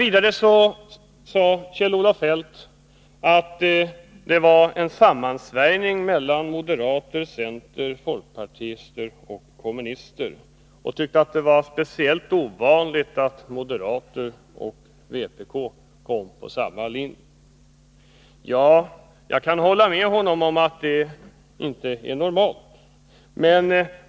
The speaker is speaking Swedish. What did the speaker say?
Vidare sade Kjell-Olof Feldt att det var en sammansvärjning mellan moderater, centerpartister, folkpartister och kommunister, och han tyckte att det var speciellt ovanligt att moderaterna och vpk kom på samma linje. Ja, jag kan hålla med honom om att det inte är normalt.